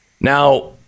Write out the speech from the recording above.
Now